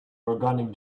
organic